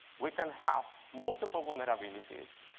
we can have multiple vulnerabilities.